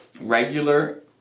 regular